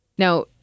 Now